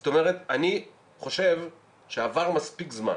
זאת אומרת, אני חושב שעבר מספיק זמן